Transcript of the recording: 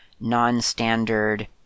non-standard